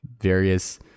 Various